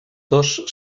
dos